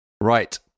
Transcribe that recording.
Right